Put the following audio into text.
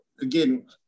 again